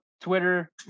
Twitter